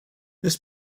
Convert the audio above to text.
this